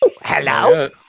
Hello